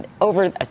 over